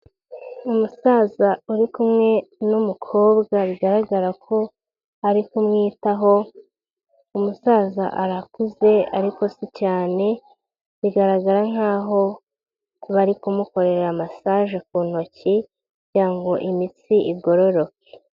Umusaza uri kumwe n'umukobwa bigaragara ko ari kumwitaho, umusaza arakuze ariko si cyane, bigaragara nkaho bari kumukorera massage ku ntoki, kugira ngo imitsi igororoke.